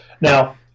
Now